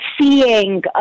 seeing